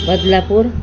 Badlapur